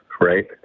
right